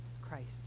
Christ